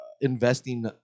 investing